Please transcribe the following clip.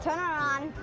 on,